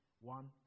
one